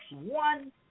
one